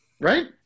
Right